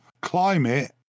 climate